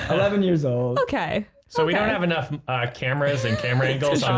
eleven years old okay, so we don't have enough um ah cameras and camera goes